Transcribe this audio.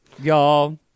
Y'all